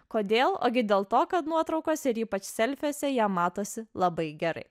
kodėl gi dėl to kad nuotraukose ypač cerkvėse jie matosi labai gerai